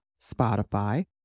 Spotify